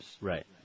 Right